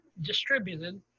distributed